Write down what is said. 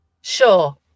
sure